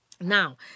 Now